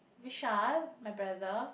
Vishal my brother